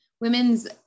Women's